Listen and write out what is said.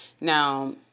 Now